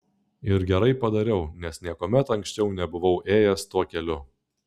ir gerai padariau nes niekuomet anksčiau nebuvau ėjęs tuo keliu